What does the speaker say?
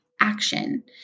action